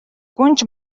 гүнж